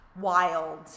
wild